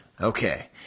Okay